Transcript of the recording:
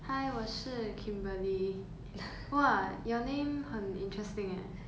hi 我是 kimberly !wah! your name 很 interesting eh